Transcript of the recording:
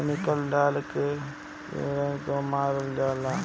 chemical डाल के कीड़न के मारल जाला